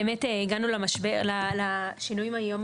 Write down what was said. באמת הגענו לשינויים היום